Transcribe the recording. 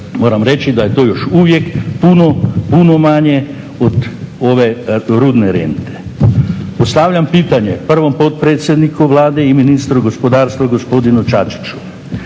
Moram reći da je to još uvijek puno manje od ove rudne rente. Postavljam pitanje prvom potpredsjedniku Vlade i ministru gospodarstva gospodinu Čačiću